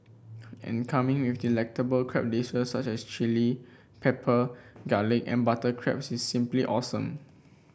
and coming with delectable crab dishes such as chilli pepper garlic and butter crabs it's simply awesome